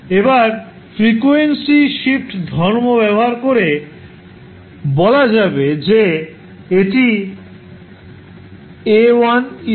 এবার frequency shift ধর্ম ব্যবহার করে বলা যাবে যে এটি 𝐴1𝑒−𝛼𝑡 cos βt